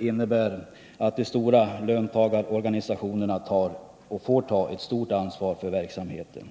enligt vår mening att de stora löntagarorganisationerna får ta ett stort ansvar för verksamheten.